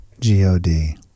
G-O-D